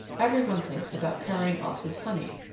every one thinks about carrying off his honey.